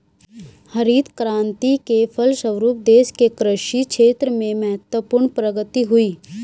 हरित क्रान्ति के फलस्व रूप देश के कृषि क्षेत्र में महत्वपूर्ण प्रगति हुई